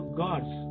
gods